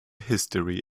history